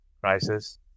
crisis